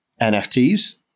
NFTs